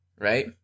right